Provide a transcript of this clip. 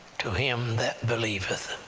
to him that believeth.